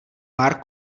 pár